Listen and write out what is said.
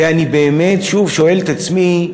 ואני באמת שוב שואל את עצמי: